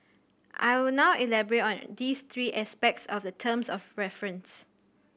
I will now elaborate on these three aspects of the terms of reference